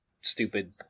stupid